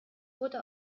wurde